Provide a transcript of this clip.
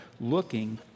looking